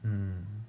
mm